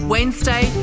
Wednesday